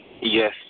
Yes